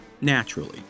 naturally